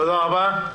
תודה רבה,